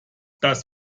das